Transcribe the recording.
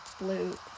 blue